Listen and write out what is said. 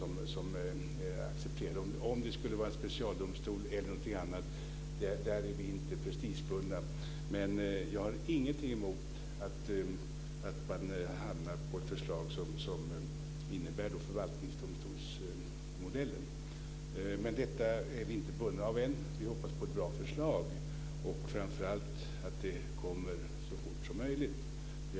I fråga om huruvida det ska vara en specialdomstol eller något annat är vi inte prestigebundna, men jag har ingenting emot att man hamnar på ett förslag som innebär att man väljer förvaltningsdomstolsmodellen. Men detta är vi inte bundna av än. Vi hoppas på ett bra förslag och framför allt på att detta kommer så snart som möjligt.